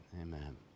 amen